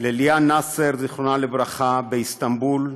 לליאן נאסר, זיכרונה לברכה, באיסטנבול,